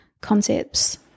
concepts